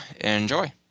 enjoy